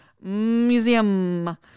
museum